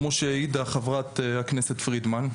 כמו שהעידה חברת הכנסת פרידמן,